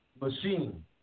machine